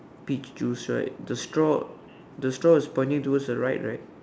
peach juice right the straw the straw is pointing towards the right right